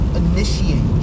initiate